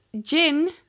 gin